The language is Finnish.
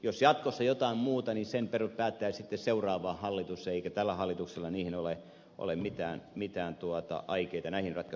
jos jatkossa tulee jotain muuta niin sen päättää sitten seuraava hallitus eikä tällä hallituksella niihin ratkaisuihin ole mitään aikeita puuttua